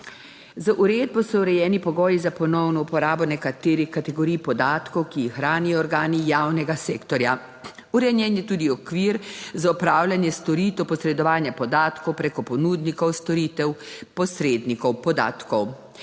Z uredbo so urejeni pogoji za ponovno uporabo nekaterih kategorij podatkov, ki jih hranijo organi javnega sektorja. Urejen je tudi okvir za opravljanje storitev posredovanja podatkov preko ponudnikov storitev posrednikov podatkov.